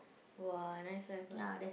!woah! nice